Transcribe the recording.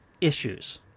issues